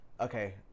okay